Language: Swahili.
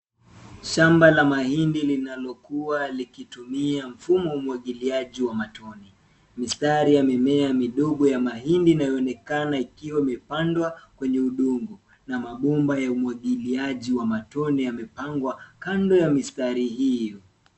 Shamba la mahindi linalokua likitumia mfumo wa umwagiliaji wa matone. Mistari ya mimea midogo ya mahindi inayoonekana ikiwa imepandwa kwenye udongo na mabomba ya umwagiliaji wa matone yamepangwa kando ya mistari hiyo.